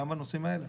גם הנושאים האלה.